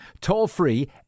toll-free